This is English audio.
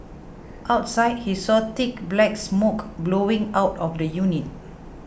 outside he saw thick black smoke billowing out of the unit